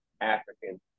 African